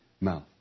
mouth